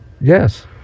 Yes